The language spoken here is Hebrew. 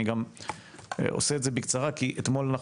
אני גם עושה את זה בקצרה כי אתמול אנחנו